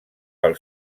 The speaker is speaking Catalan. pel